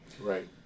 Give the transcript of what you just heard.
right